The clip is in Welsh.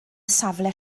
safle